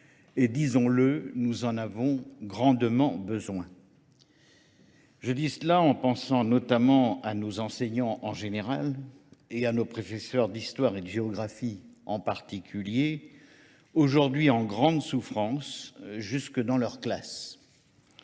Et disons-le, nous en avons grandement besoin. Je dis cela en pensant notamment à nos enseignants en général et à nos professeurs d'histoire et de géographie en particulier, aujourd'hui en grande souffrance, jusque dans leur classe.